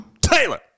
Taylor